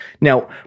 Now